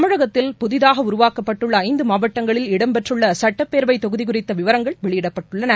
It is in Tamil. தமிழகத்தில் புதிதாக உருவாக்கப்பட்டுள்ள ஐந்து மாவட்டங்களில் இடம்பெற்றுள்ள சட்டப்பேரவைத் தொகுதி குறித்த விவரங்கள் வெளியிடப்பட்டுள்ளன